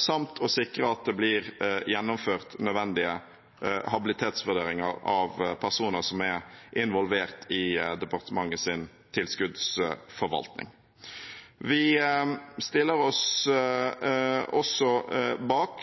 samt å sikre at det blir gjennomført nødvendige habilitetsvurderinger av personer som er involvert i departementets tilskuddsforvaltning. Vi stiller oss også bak